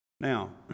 Now